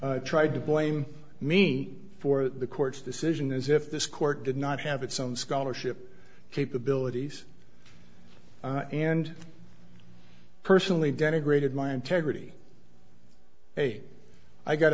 tried to blame me for the court's decision as if this court did not have its own scholarship capabilities and personally denigrated my integrity hey i got